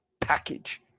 package